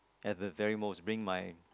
at the very most bring my